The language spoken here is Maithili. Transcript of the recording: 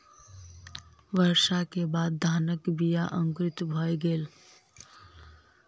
वर्षा के बाद धानक बीया अंकुरित भअ गेल